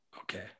Okay